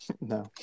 no